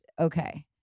okay